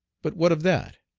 but what of that?